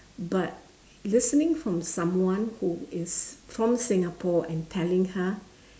but listening from someone who is from Singapore and telling her